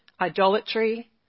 idolatry